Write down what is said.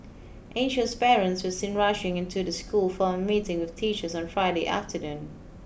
anxious parents were seen rushing into the school for a meeting with teachers on Friday afternoon